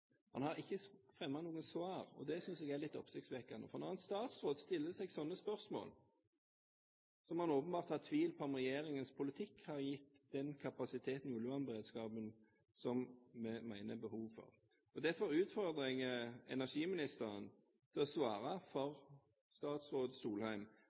ikke kommet med noe svar, og det synes jeg er litt oppsiktsvekkende. Når en statsråd stiller seg slike spørsmål, må han åpenbart ha tvilt på om regjeringens politikk gir den kapasiteten når det gjelder oljevernberedskapen som vi mener det er behov for. Derfor utfordrer jeg energiministeren til å svare for statsråd Solheim: